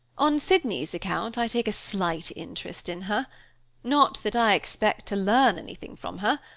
on sydney's account i take a slight interest in her not that i expect to learn anything from her,